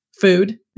food